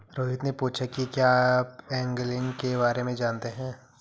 रोहित ने पूछा कि क्या आप एंगलिंग के बारे में जानते हैं?